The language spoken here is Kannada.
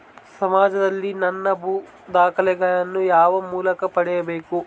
ಸಮಾಜದಲ್ಲಿ ನನ್ನ ಭೂ ದಾಖಲೆಗಳನ್ನು ಯಾವ ಮೂಲಕ ಪಡೆಯಬೇಕು?